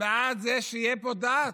בעד זה שתהיה פה דת.